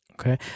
Okay